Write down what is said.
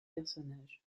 personnages